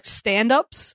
stand-ups